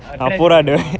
address venuma:வேணுமா